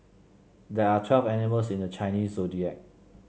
there are twelve animals in the Chinese Zodiac